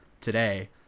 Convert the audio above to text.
today